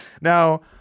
Now